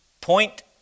Point